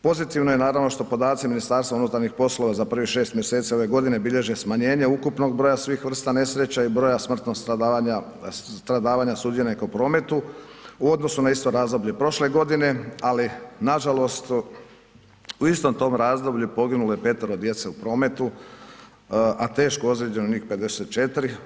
Pozitivno je naravno što podaci MUP-a za prvih šest mjeseci ove godine bilježe smanjenje ukupnog broja svih vrsta nesreća i broja smrtnog stradavanja sudionika u prometu u odnosu na isto razdoblje prošle godine, ali nažalost u istom tom razdoblju poginulo je petero djece u prometu, a teško ozlijeđeno njih 54.